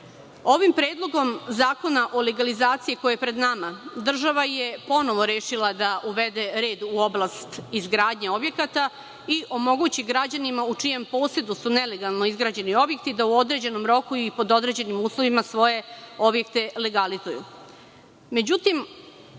predlogom zakona o legalizaciji koji je pred nama, država je ponovo rešila da uvede red u oblast izgradnje objekata i omogući građanima, u čijem posedu su nelegalno izgrađeni objekti, da u određenom roku i pod određenim uslovima svoje objekte legalizuju.Međutim,